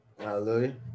Hallelujah